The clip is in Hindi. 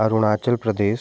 अरुणाचल प्रदेश